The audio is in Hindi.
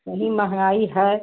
वही महंगाई है